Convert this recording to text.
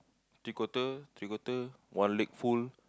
three quarter three quarter one leg full